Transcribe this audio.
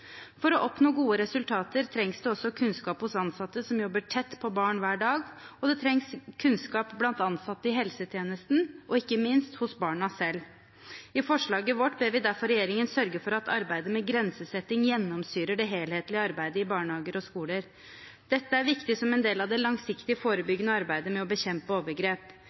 For å oppnå gode resultater trengs det også kunnskap hos ansatte som jobber tett på barn hver dag, det trengs kunnskap blant ansatte i helsetjenesten – og ikke minst hos barna selv. I forslaget vårt ber vi derfor regjeringen sørge for at arbeidet med grensesetting gjennomsyrer det helhetlige arbeidet i barnehager og skoler. Dette er viktig som en del av det langsiktige forebyggende arbeidet med å bekjempe overgrep.